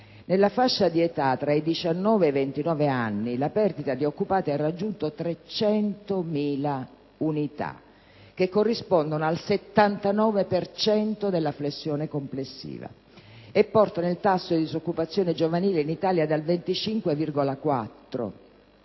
Nella fascia di età tra i 19 e i 29 anni, la perdita di occupati ha raggiunto le 300.000 unità, che corrispondono al 79 per cento della flessione complessiva e portano il tasso di disoccupazione giovanile in Italia al 25,4